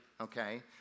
Okay